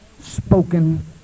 spoken